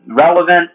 relevant